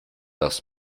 das